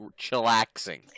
chillaxing